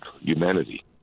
humanity